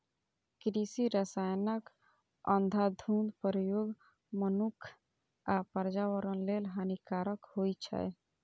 कृषि रसायनक अंधाधुंध प्रयोग मनुक्ख आ पर्यावरण लेल हानिकारक होइ छै